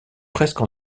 presque